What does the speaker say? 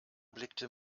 blickte